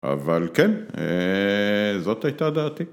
‫אבל כן, זאת הייתה דעתי.